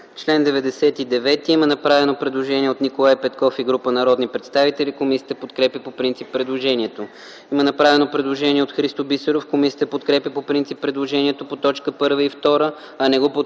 чл. 99 има направено предложение от Николай Петков и група народни представители. Комисията подкрепя по принцип предложението. Има направено предложение от народния представител Христо Бисеров. Комисията подкрепя по принцип предложението по точки 1 и 2, а не го подкрепя